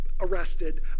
arrested